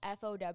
FOW